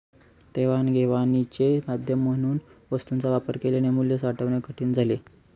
देवाणघेवाणीचे माध्यम म्हणून वस्तूंचा वापर केल्याने मूल्य साठवणे कठीण झाले